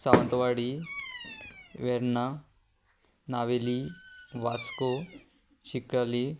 Sawantwadi Verna Navelim Vasco Chicalim